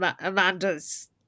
Amanda's